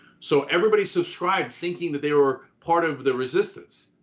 so everybody subscribed thinking that they were part of the resistance,